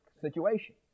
situation